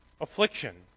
Affliction